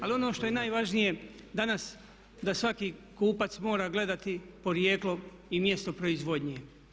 Ali ono što je najvažnije danas da svaki kupac mora gledati porijeklo i mjesto proizvodnje.